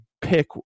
pick